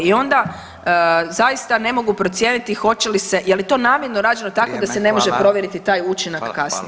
I onda zaista ne mogu procijeniti hoće li se, je li to namjerno rađeno tako da [[Upadica: Vrijeme, hvala.]] se ne može provjeriti taj učinak kasnije.